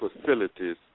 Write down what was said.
facilities